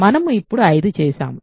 మనము ఇప్పుడు 5 చేసాము